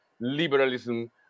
liberalism